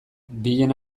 bien